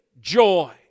joy